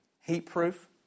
Heat-proof